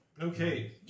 Okay